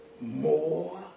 more